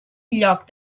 lloc